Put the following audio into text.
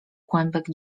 kłębek